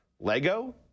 Lego